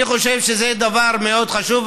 אני חושב שזה דבר מאוד חשוב.